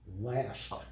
last